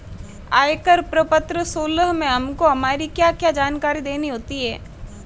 आयकर प्रपत्र सोलह में हमको हमारी क्या क्या जानकारी देनी होती है?